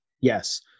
Yes